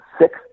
six